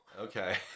Okay